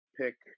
pick